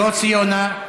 יוסי יונה,